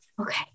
okay